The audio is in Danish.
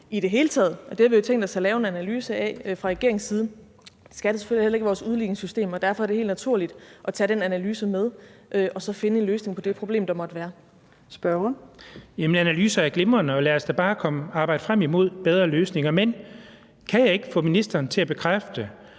det hele taget – det har vi jo tænkt os at lave en analyse af fra regeringens side – og det skal det selvfølgelig heller ikke i vores udligningssystem, og derfor er det helt naturligt at tage den analyse med og så finde en løsning på det problem, der måtte være. Kl. 14:33 Fjerde næstformand (Trine Torp): Spørgeren. Kl. 14:33 Jens Henrik Thulesen Dahl (DF): Jamen analyser er glimrende, og lad os da bare arbejde frem imod bedre løsninger. Men kan jeg ikke få ministeren til at bekræfte,